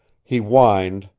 he whined,